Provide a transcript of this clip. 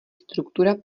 struktura